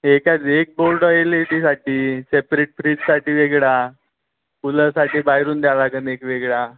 एकात एक बोर्ड एले डीसाठी राहील सेपरेट फ्रीजसाठी वेगळा कुलरसाठी बाहेरून द्यावं लागेल एक वेगळा